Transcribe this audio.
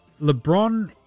LeBron